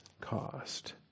cost